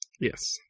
Yes